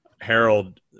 Harold